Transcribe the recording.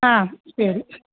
ஆ சரி